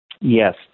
Yes